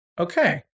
Okay